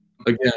again